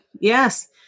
yes